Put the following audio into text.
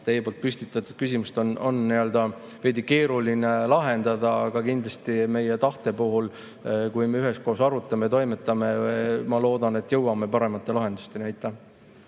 teie püstitatud küsimust on veidi keeruline lahendada, aga kindlasti meie tahte puhul, kui me üheskoos arutame ja toimetame, ma loodan, et jõuame paremate lahendusteni.